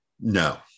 no